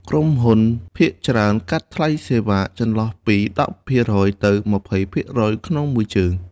ក្រុមហ៊ុនភាគច្រើនកាត់ថ្លៃសេវាចន្លោះពី ១០% ទៅ ២០% ក្នុងមួយជើង។